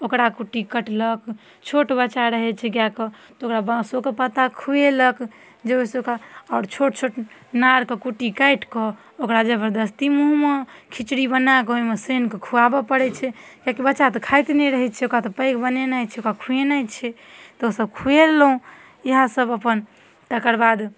ओकरा कुटी कटलक छोट बच्चा रहै छै गायके तऽ ओकरा बाँसोके पत्ता खुएलक जाहिसँ ओकरा आओर छोट छोट नारके कुटी काटि कऽ ओकरा जबरदस्ती मुँहमे खिचड़ी बना कऽ ओहिमे सानि कऽ खुवाबऽ परै छै किएकी बच्चा तऽ खाइत नहि रहै छै ओकरा तऽ पैघ बनेनाइ छै ओकरा खूवेनाइ छै तऽ ओसब खुवेलहुॅं इएह सब अपन तकरबाद